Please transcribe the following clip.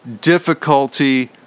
difficulty